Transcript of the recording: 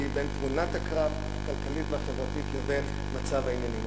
בין תמונת הקרב הכלכלית והחברתית לבין מצב העניינים.